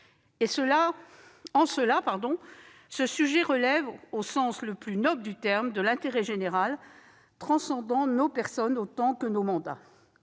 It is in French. En cela, ce sujet relève, au sens le plus noble du terme, de l'intérêt général, transcendant nos personnes autant que nos mandats.